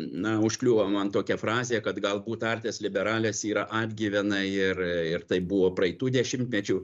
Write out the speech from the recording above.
na užkliūva man tokia frazė kad galbūt artes liberales yra atgyvena ir ir taip buvo praeitų dešimtmečių